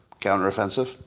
counteroffensive